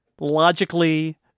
logically